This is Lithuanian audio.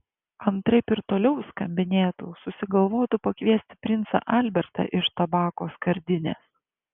antraip ir toliau skambinėtų susigalvotų pakviesti princą albertą iš tabako skardinės